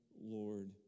Lord